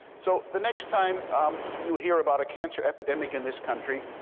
so the next time you hear about a cancer epidemic in this country,